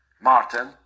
Martin